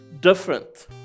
different